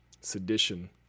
Sedition